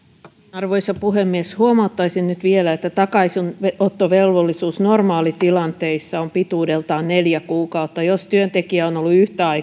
arvoisa puhemies huomauttaisin nyt vielä että takaisinottovelvollisuus normaalitilanteissa on pituudeltaan neljä kuukautta jos työntekijä on ollut